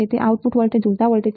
તે તમારા output voltage ઝૂલતા છે